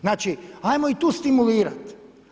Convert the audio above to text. Znači hajmo i tu stimulirati.